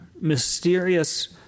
mysterious